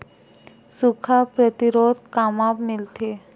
सुखा प्रतिरोध कामा मिलथे?